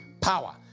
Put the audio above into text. power